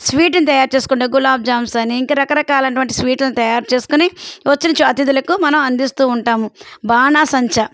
స్వీట్ని తయారు చేసుకుంటాము గులాబ్ జామున్స్ అని ఇంకా రకరకాలైనటువంటి స్వీట్లని తయారు చేసుకొని వచ్చిన అతిథులకు మనం అందిస్తూ ఉంటాము బాణాసంచా